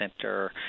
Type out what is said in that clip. Center